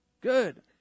Good